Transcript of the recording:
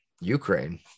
Ukraine